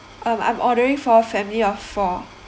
um I'm ordering for family of four